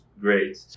Great